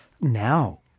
now